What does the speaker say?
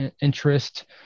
interest